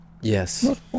Yes